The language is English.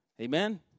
Amen